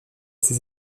ses